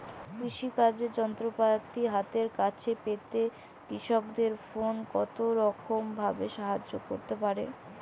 কৃষিকাজের যন্ত্রপাতি হাতের কাছে পেতে কৃষকের ফোন কত রকম ভাবে সাহায্য করতে পারে?